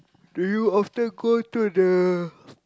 do you often go to the